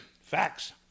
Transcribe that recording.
Facts